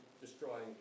destroying